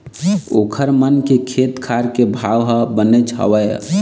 ओखर मन के खेत खार के भाव ह बनेच हवय